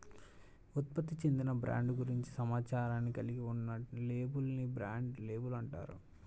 ఉత్పత్తికి చెందిన బ్రాండ్ గురించి సమాచారాన్ని కలిగి ఉన్న లేబుల్ ని బ్రాండ్ లేబుల్ అంటారు